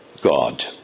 God